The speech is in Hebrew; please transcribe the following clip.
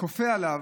כופה עליו,